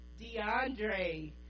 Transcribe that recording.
DeAndre